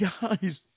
guys